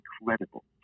Incredible